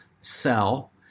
sell